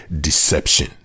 deception